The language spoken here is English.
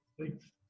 Thanks